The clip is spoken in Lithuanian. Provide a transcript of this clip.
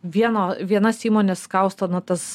vieno vienas įmonės kausto na tas